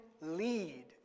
lead